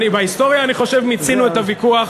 בהיסטוריה, אני חושב, מיצינו את הוויכוח.